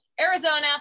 Arizona